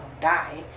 die